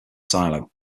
silo